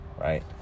right